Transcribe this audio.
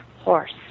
horse